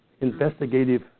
investigative